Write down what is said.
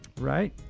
Right